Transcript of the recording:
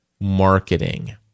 marketing